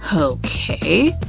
ah okay,